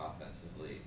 offensively